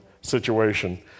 situation